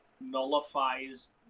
nullifies